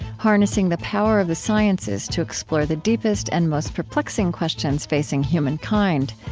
harnessing the power of the sciences to explore the deepest and most perplexing questions facing human kind.